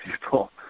people